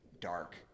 dark